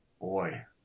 Boy